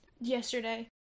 yesterday